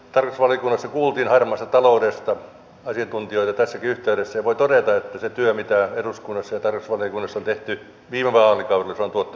tarkastusvaliokunnassa kuultiin harmaasta taloudesta asiantuntijoita tässäkin yhteydessä ja voin todeta että se työ mitä eduskunnassa ja tarkastusvaliokunnassa on tehty viime vaalikaudella on tuottanut tulosta